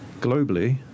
globally